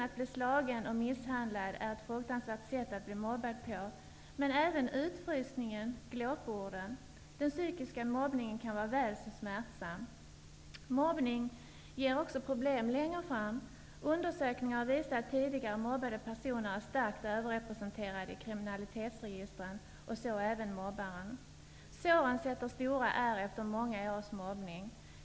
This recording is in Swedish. Att bli slagen och misshandlad är ett fruktansvärt sätt att bli mobbad på, men även utfrysningen, glåporden -- den psykiska mobbningen -- kan vara väl så smärtsam. Mobbning ger också problem längre fram. Undersökningar har visat att tidigare mobbade personer är starkt överrepresenterade i kriminalitetsregistren, så även mobbaren. Såren sätter stora ärr efter många års mobbning.